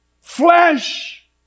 Flesh